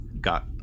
got